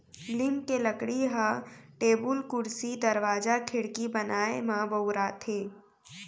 लीम के लकड़ी ह टेबुल, कुरसी, दरवाजा, खिड़की बनाए म बउराथे